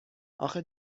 آخه